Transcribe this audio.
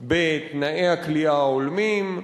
בתנאי הכליאה ההולמים,